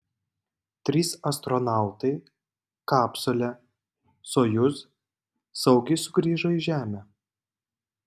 trys astronautai kapsule sojuz saugiai sugrįžo į žemę